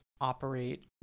operate